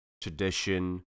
tradition